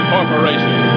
Corporation